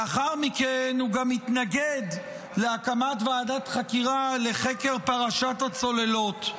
לאחר מכן הוא גם התנגד להקמת ועדת חקירה לחקר פרשת הצוללות,